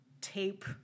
tape